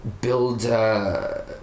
build